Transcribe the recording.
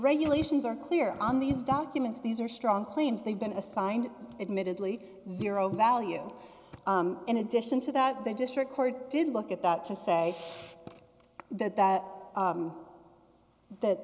regulations are clear on these documents these are strong claims they've been assigned admittedly zero value in addition to that the district court did look at that to say that that that